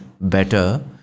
better